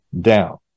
down